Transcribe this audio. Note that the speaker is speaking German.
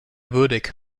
würdig